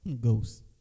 Ghost